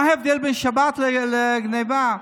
מה ההבדל בין שבת לבין גנבה?